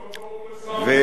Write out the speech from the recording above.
זה לא ברור לשר הביטחון.